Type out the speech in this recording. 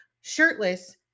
shirtless